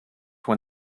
when